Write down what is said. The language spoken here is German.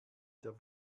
der